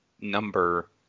number